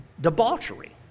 debauchery